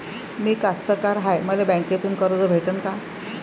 मी कास्तकार हाय, मले बँकेतून कर्ज भेटन का?